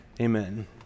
amen